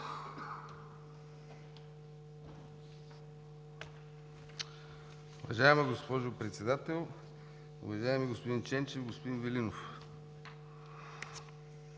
Уважаема госпожо Председател, уважаеми господин Ченчев, уважаеми господин Велинов!